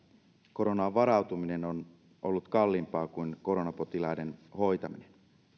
koronaan varautuminen on ollut kalliimpaa kuin koronapotilaiden hoitaminen